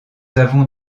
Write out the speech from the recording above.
avons